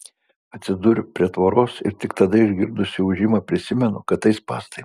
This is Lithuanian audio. atsiduriu prie tvoros ir tik tada išgirdusi ūžimą prisimenu kad tai spąstai